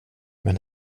men